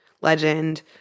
legend